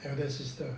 elder sister